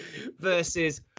Versus